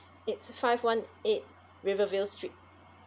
it's five one eight rivervale street